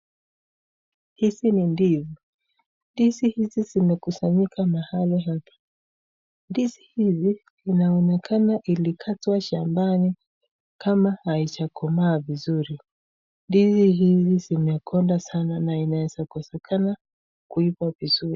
Hizi ni ndizi. Ndizi hizi zimekusanyika mahali hapa. Ndizi hizi inaonekana ilikatwa shambani kama haijakomaa vizuri. Ndizi hizi zimekondana sana na inaweza kosekana kuivaa vizuri.